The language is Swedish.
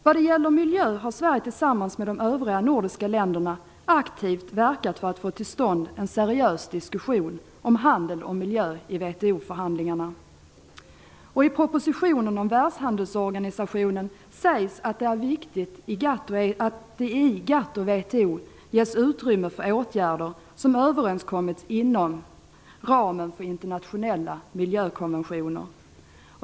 Vad det gäller miljön har Sverige tillsammans med de övriga nordiska länderna aktivt verkat för att få till stånd en seriös diskussion om handel och miljö i I propositionen om Världshandelsorganisationen sägs att det är viktigt att det i GATT/WTO ges utrymme för åtgärder som överenskommits inom ramen för internationella miljökonventioner.